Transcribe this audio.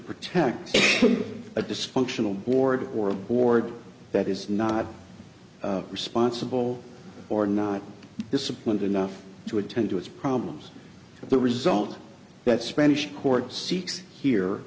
protect a dysfunctional board or a board that is not responsible or not disciplined enough to attend to its problems the result that spanish court seeks here